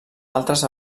altres